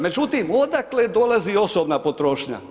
Međutim odakle dolazi osobna potrošnja?